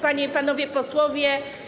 Panie i Panowie Posłowie!